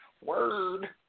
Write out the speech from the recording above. Word